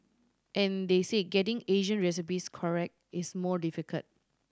and they say getting Asian recipes correct is more difficult